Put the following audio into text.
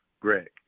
Greg